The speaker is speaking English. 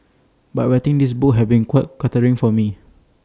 but writing this book has been quite cathartic for me